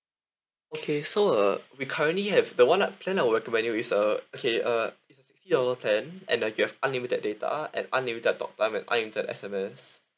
okay so uh we currently have the one uh plan I'll recommend you is uh okay uh it's a sixty hour plan and uh you have unlimited data and unlimited talk time and unlimited S_M_S